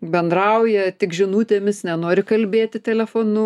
bendrauja tik žinutėmis nenori kalbėti telefonu